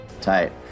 Tight